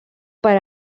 per